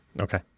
Okay